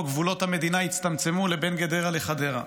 גבולות המדינה הצטמצמו לבין גדרה לחדרה,